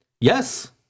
Yes